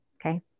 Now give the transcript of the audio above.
Okay